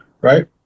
Right